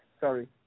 Sorry